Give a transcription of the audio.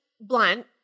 Blunt